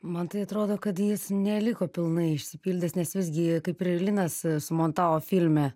man tai atrodo kad jis neliko pilnai išsipildęs nes visgi kaip ir linas sumontavo filme